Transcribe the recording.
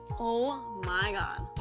oh, my god!